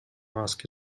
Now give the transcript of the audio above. ask